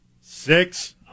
six